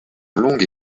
longue